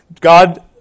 God